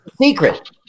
secret